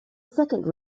second